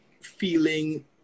feeling